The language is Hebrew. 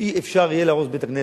שלא יהיה אפשר להרוס בית-כנסת.